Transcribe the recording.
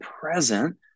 present